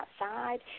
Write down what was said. outside